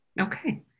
Okay